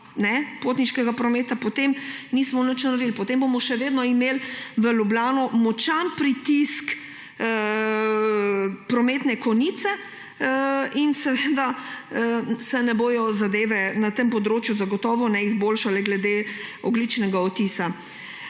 potniškega prometa, potem nismo nič naredili. Potem bomo še vedno imeli v Ljubljano močan pritisk, prometne konice in seveda se ne bodo zadeve na tem področju zagotovo ne izboljšale glede ogljičnega odtisa.